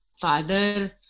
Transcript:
father